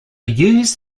use